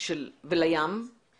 היא לא